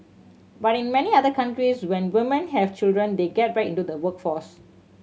but in many other countries when women have children they get back into the workforce